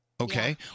Okay